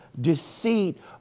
deceit